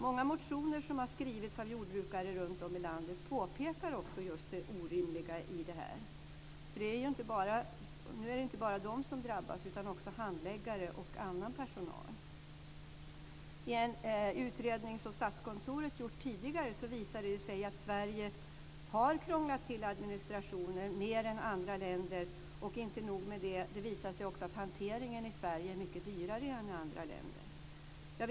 Många motioner som har skrivits av jordbrukare runtom i landet påpekar också just det orimliga i det här. Nu är det inte bara de som drabbas utan också handläggare och annan personal. I en utredning som Statskontoret gjort tidigare visar det sig att Sverige har krånglat till administrationen mer än andra länder. Och inte nog med det: Det visar sig också att hanteringen i Sverige är mycket dyrare än i andra länder.